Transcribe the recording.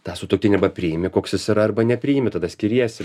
tą sutuoktinį arba priimi koks jis yra arba nepriimi tada skiriesi